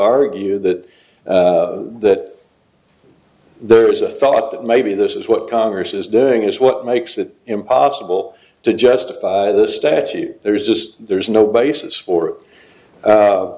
argue that that there is a thought that maybe this is what congress is doing is what makes that impossible to justify the statute there's just there's no basis for